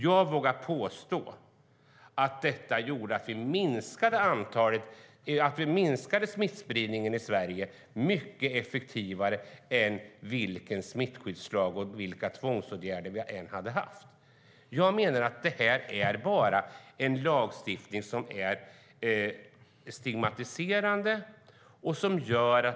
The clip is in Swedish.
Jag vågar påstå att detta gjorde att vi minskade smittspridningen i Sverige mycket effektivare än en smittskyddslag eller tvångsåtgärder, vilka dessa än hade varit. Jag menar att det här är en lagstiftning som är stigmatiserande.